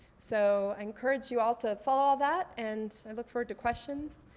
so i encourage you all to follow all that and i look forward to questions.